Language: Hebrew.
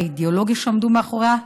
באידיאולוגיה שעמדו מאחוריה.